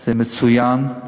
זה מצוין.